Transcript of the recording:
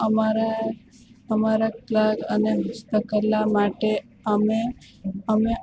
અમારા અમારા કલા અને હસ્ત કલા માટે અમે અમે